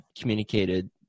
communicated